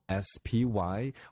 SPY